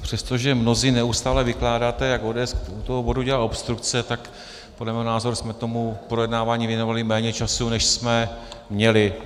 Přestože mnozí neustále vykládáte, jak ODS u toho bodu dělá obstrukce, tak podle mého názoru jsme tomu projednávání věnovali méně času, než jsme měli.